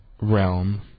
realm